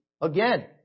again